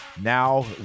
now